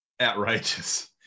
Outrageous